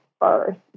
first